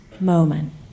moment